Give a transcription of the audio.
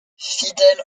fidèle